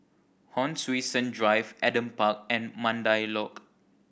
Hon Sui Sen Drive Adam Park and Mandai Lodge